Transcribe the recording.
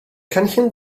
cynllun